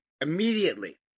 immediately